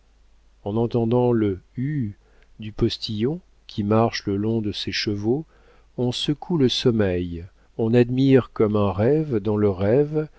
en entendant le hue du postillon qui marche le long de ses chevaux on secoue le sommeil on admire comme un rêve dans le rêve